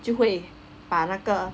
就会把那个